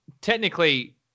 Technically